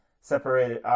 separated